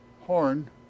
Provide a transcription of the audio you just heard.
horn